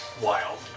Wild